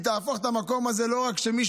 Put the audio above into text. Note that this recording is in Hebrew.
היא תהפוך את המקום הזה לא רק למקום שמי